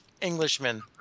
Englishman